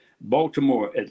Baltimore